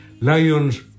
lions